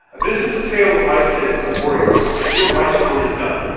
this is the tale of my cid, the warrior, and here my story is done.